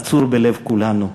נצור בלב כולנו.